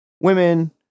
Women